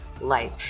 life